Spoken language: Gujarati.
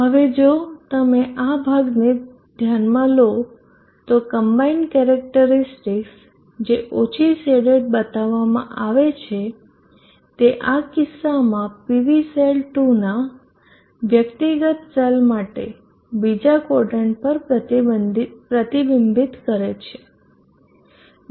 હવે જો તમે આ ભાગને ધ્યાનમાં લો તો કમ્બાઈન્ડ કેરેક્ટરીસ્ટિકસ જે ઓછી શેડેડ બતાવવામાં આવે છે તે આ કિસ્સામાં PVસેલ 2 ના વ્યક્તિગત સેલ માટે બીજા ક્વોદરન્ટ પર પ્રતિબિંબિત કરે છે